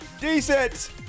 decent